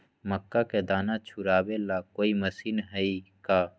मक्का के दाना छुराबे ला कोई मशीन हई का?